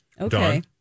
Okay